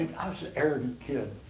i was an arrogant kid.